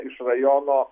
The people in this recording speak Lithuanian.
iš rajono